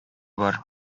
бар